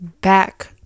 back